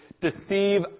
deceive